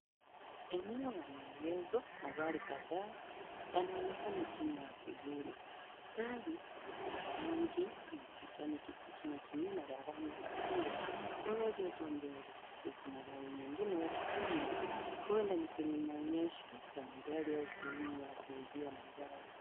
Eneo la maegesho, magari kadhaa yanaonekana chini ya kivuli. Gari la kijani kibichi na jingine la rangi ya zambarau limeegeshwa mbele, mengine yakiwa nyuma. Huenda ni kwa maonyesho ya magari au sehemu ya kuuzia magari.